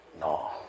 No